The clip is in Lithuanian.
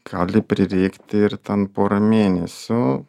gali prireikti ir ten porą mėnesių